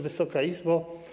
Wysoka Izbo!